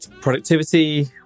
productivity